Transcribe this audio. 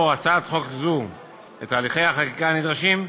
הצעת חוק זו את הליכי החקיקה הנדרשים,